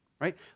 right